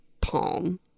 palm